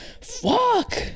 fuck